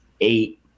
eight